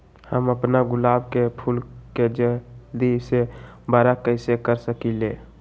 हम अपना गुलाब के फूल के जल्दी से बारा कईसे कर सकिंले?